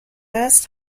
است